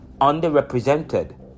underrepresented